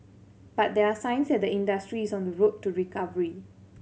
but there are signs that the industry is on the road to recovery